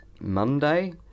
monday